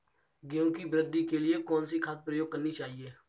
गेहूँ की वृद्धि के लिए कौनसी खाद प्रयोग करनी चाहिए?